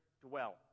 dwell